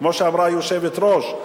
כמו שאמרה היושבת-ראש,